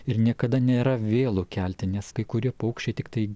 ir niekada nėra vėlu kelti nes kai kurie paukščiai tiktai